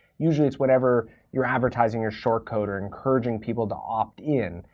usually it's whenever you're advertising your short code or encouraging people to opt in,